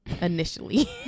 initially